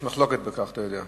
יש מחלוקת על כך, אתה יודע.